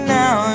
now